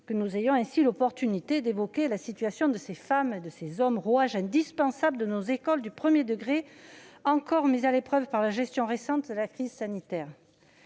que nous ayons ainsi l'occasion d'évoquer la situation de ces femmes et de ces hommes qui sont des rouages indispensables de nos écoles du premier degré, encore mis à l'épreuve par la gestion récente de la crise sanitaire.